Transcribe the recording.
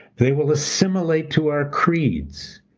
they will assimilate to our creeds.